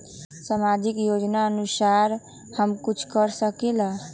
सामाजिक योजनानुसार हम कुछ कर सकील?